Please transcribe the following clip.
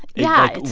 yeah,